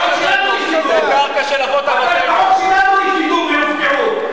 הקרקעות שלנו נשדדו.